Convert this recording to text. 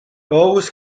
always